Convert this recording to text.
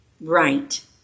right